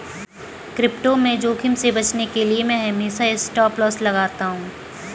crypto में जोखिम से बचने के लिए मैं हमेशा स्टॉपलॉस लगाता हूं